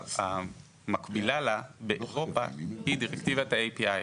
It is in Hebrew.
והמקבילה לה באירופה היא דירקטיבת ה-API,